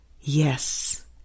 yes